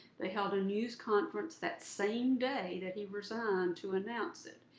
they held a news conference that same day that he resigned to announce it.